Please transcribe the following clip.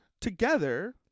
together